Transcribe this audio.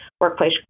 workplace